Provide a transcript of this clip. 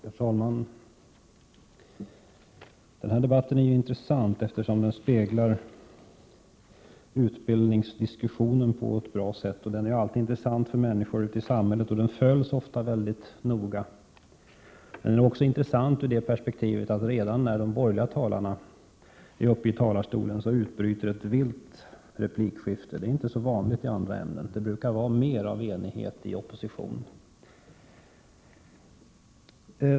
Herr talman! Den här debatten är intressant, eftersom den speglar utbildningsdiskussionen på ett bra sätt. Den är också alltid intressant för människor i allmänhet och följs ofta mycket noga. Debatten är också intressant på så sätt att när de borgerliga talarna är uppe i talarstolen utbryter ett vilt replikskifte. Det är inte så vanligt i andra ämnen, eftersom det brukar vara mer enighet inom oppositionen.